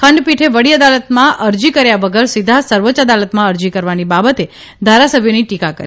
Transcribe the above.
ખંડપીઠે વડી અદાલતમાં અરજી કર્યા વગર સીધા સર્વોચ્ય અદાલતમાં અરજી કરવાની બાબતે ધારાસભ્યોની ટીકા કરી